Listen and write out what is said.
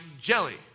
jelly